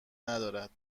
ندارد